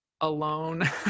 alone